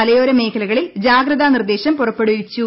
മലയോര മേഖലകളിൽ ജാഗ്രതാ നിർദ്ദേശം പുറപ്പെടുവിച്ചു